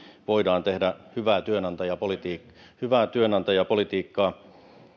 voidaan tehdä hyvää työnantajapolitiikkaa hyvää työnantajapolitiikkaa